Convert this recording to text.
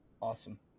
awesome